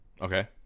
Okay